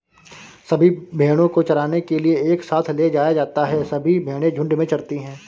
सभी भेड़ों को चराने के लिए एक साथ ले जाया जाता है सभी भेड़ें झुंड में चरती है